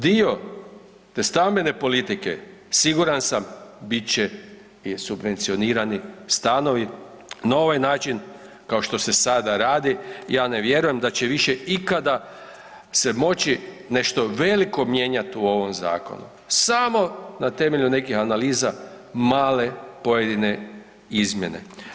Dio te stambene politike siguran sam, bit će subvencionirani stanovi, na ovaj način kao što se sada radi, ja ne vjerujem da će više ikada se moći nešto veliko mijenjati u ovom zakonu, samo na temelju nekih analiza, male pojedine izmjene.